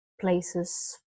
places